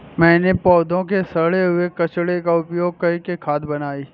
मैंने पौधों के सड़े हुए कचरे का उपयोग करके खाद बनाई